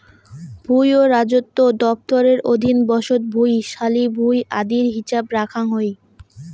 ভুঁই ও রাজস্ব দফতরের অধীন বসত ভুঁই, শালি ভুঁই আদির হিছাব রাখাং হই